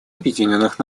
объединенных